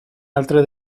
altre